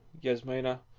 Yasmina